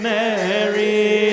Mary